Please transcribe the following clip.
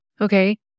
Okay